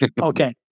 Okay